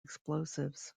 explosives